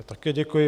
Také děkuji.